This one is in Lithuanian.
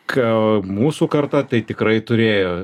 ką mūsų karta tai tikrai turėjo